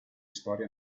storia